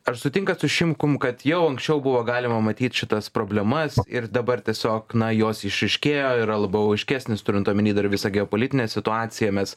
ar sutinkat su šimkum kad jau anksčiau buvo galima matyt šitas problemas ir dabar tiesiog na jos išryškėjo yra labiau aiškesnis turint omenyje dar visą geopolitinę situaciją mes